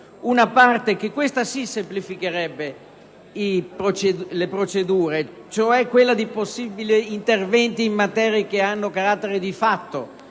una parte che questa, sì, semplificherebbe le procedure: quella cioè di possibili interventi in materie che hanno carattere di fatto,